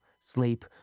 sleep